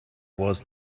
was